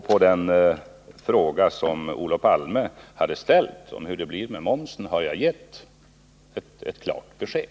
På den fråga som Olof Palme har ställt har jag alltså gett ett klart besked.